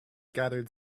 gathered